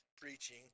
preaching